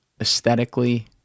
aesthetically